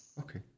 Okay